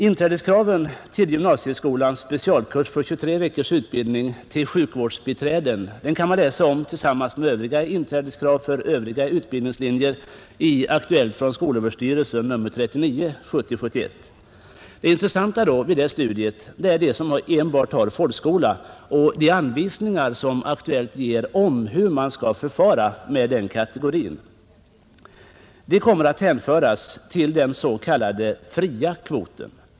Inträdeskraven till gymnasieskolans specialkurs för 23 veckors utbildning till sjukvårdsbiträden kan man läsa om tillsammans med inträdeskraven för övriga utbildningslinjer i Aktuellt från skolöverstyrelsen nr 39 år 1970/71. Det intressanta i det studiet är anvisningarna om hur man skall förfara med dem som enbart har folkskola. De kommer att hänföras till den s.k. fria kvoten.